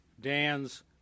Dan's